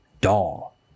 doll